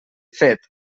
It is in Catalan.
fet